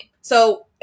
So-